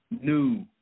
new